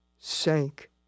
sank